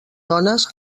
dones